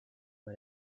via